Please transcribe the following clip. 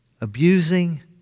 Abusing